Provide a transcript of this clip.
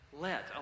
Let